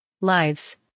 lives